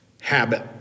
habit